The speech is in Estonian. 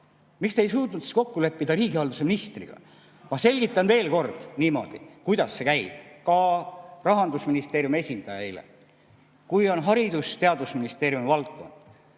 miks te ei suutnud siis kokku leppida riigihalduse ministriga? Ma selgitan veel kord, kuidas see käib. Ka Rahandusministeeriumi esindaja eile ... Kui on Haridus- ja Teadusministeeriumi valdkond,